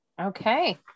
Okay